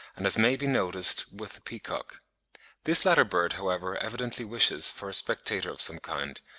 and as may be noticed with the peacock this latter bird, however, evidently wishes for a spectator of some kind,